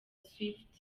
swift